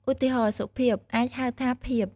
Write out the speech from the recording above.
ឧទាហរណ៍ “សុភាព” អាចហៅថា “ភាព”។